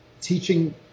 teaching